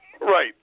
Right